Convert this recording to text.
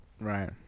Right